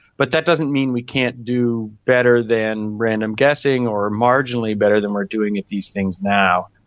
but that doesn't mean we can't do better than random guessing or marginally better than we are doing at these things now.